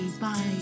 bye